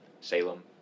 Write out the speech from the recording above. Salem